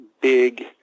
big